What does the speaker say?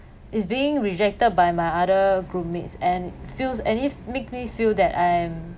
is being rejected by my other group mates and feels anyth~ make me feel that I'm